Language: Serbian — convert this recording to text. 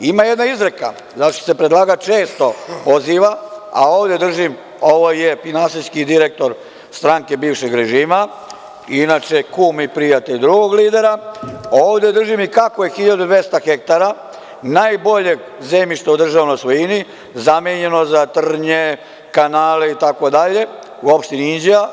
Ima jedna izreka na što se predlagač često poziva, a ovde držim, ovo je finansijski direktor stranke bivšeg režima, inače kum i prijatelj drugog lidera, ovde držim i kako je 1.200 hektara najboljeg zemljišta u državnoj svojini zamenjeno za trnje, kanale itd. u opštini Inđija.